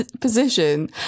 position